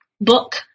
book